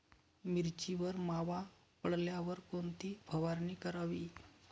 मिरचीवर मावा पडल्यावर कोणती फवारणी करावी?